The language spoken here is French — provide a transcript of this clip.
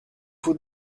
faut